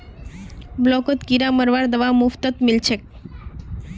ब्लॉकत किरा मरवार दवा मुफ्तत मिल छेक